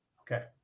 okay